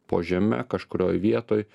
po žeme kažkurioj vietoj